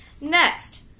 Next